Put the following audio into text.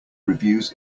reviews